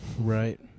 Right